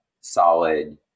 solid